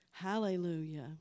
Hallelujah